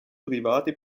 private